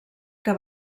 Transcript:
que